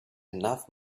enough